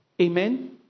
Amen